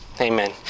amen